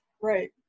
Right